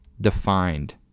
defined